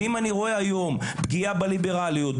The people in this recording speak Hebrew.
ואם אני רואה היום פגיעה בליברליות,